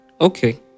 Okay